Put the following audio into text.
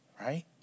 Right